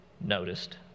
noticed